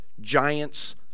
giants